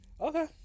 Okay